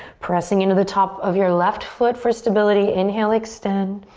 pressing into the top of your left foot for stability. inhale, extend.